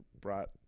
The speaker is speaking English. brought